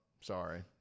Sorry